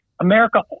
America